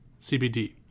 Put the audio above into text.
CBD